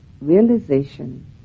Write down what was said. realization